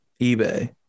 eBay